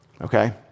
okay